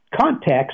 context